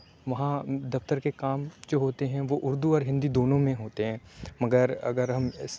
وہاں دفتر کے کام جو ہوتے ہیں وہ اُردو اور ہندی دونوں میں ہوتے ہیں مگر اگر ہم اِس